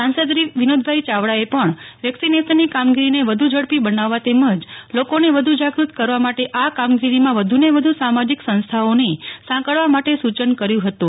સાંસદ શ્રી વિનોદભાઇ ચાવડાએ પણ વેકિસનેશનની કામગીરીને વધુ ઝડપી બનાવવા તેમજ લોકોને વધુ જાગૃત કરવા માટે આ કામગીરીમાં વધુને વધુ સામાજિક સંસ્થાઓને સાંકળવા માટે સૂચન કર્યુ હતું